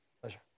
pleasure